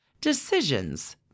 decisions